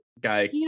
guy